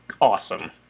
awesome